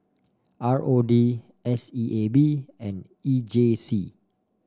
R O D S E A B and E J C